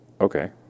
Okay